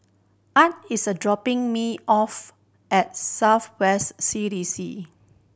Art is a dropping me off at South West C D C